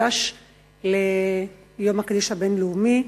יום הקשיש הבין-לאומי.